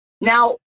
Now